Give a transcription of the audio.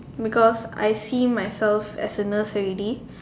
because I see myself as a nurse already